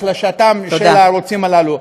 החלשת הערוצים הללו.